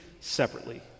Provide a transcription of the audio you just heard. separately